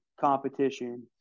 competition